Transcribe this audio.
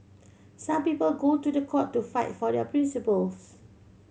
some people go to the court to fight for their principles